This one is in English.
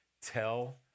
tell